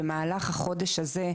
במהלך החודש הזה,